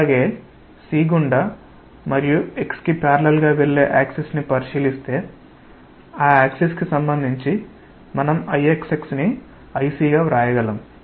అలాగే c గుండా మరియు x కి ప్యారలల్ గా వెళ్ళే యాక్సిస్ ని పరిశీలిస్తే ఆ యాక్సిస్ కి సంబంధించి మనం IXX ని Ic గా అని వ్రాయగలము